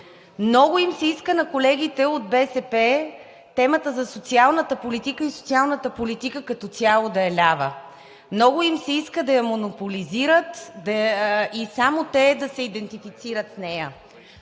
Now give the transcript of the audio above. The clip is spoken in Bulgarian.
Много им се иска на колегите от БСП темата за социалната политика, и социалната политика като цяло, да е лява, много им се иска да я монополизират и само те да се идентифицират в нея.